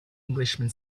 englishman